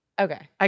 Okay